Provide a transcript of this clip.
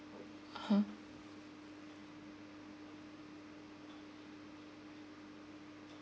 (uh huh)